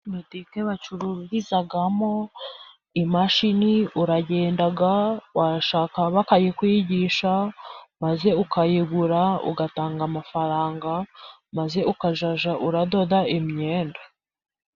Botike bacururizamo imashini, uragenda washaka bakayikwigisha, maze ukayigura ugatanga amafaranga, maze ukajya uradoda imyenda.